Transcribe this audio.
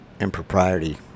impropriety